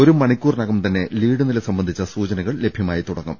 ഒരു മണിക്കൂറിനകം തന്നെ ലീഡ് നില സംബന്ധിച്ച സൂചനകൾ ലഭ്യമായിത്തുടങ്ങും